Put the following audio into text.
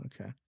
okay